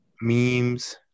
Memes